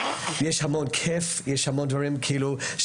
יש המון כיף, יש המון דברים שעושים.